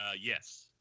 Yes